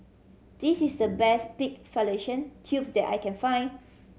this is the best pig fallopian tubes that I can find